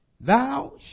Thou